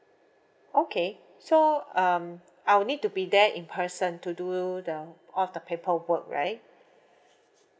okay so um I will need to be there in person to do the all the paper work right